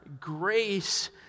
grace